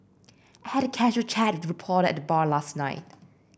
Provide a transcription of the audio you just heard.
I had a casual chat with reporter at the bar last night